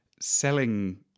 selling